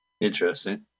Interesting